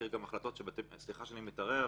סליחה שאני מתערב.